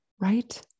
right